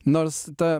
nors ta